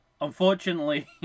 Unfortunately